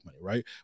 right